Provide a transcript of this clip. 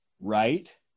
right